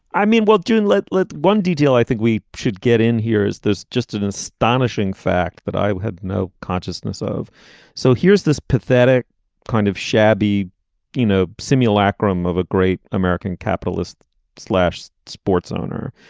i mean well done and let let one detail i think we should get in here is there's just an astonishing fact that i had no consciousness of so here's this pathetic kind of shabby you know simulacrum of a great american capitalist slash sports owner